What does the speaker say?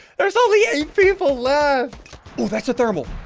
there's only eight people left oh, that's a thermal.